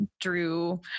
drew